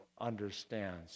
understands